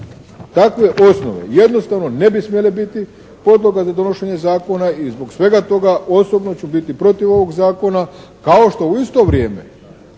takve osnove jednostavno ne bi smjele biti podloga za donošenje zakona i zbog svega toga osobno ću biti protiv ovog zakona kao što u isto vrijeme